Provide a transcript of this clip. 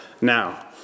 now